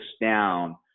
down